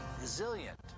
resilient